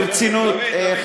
ברצינות,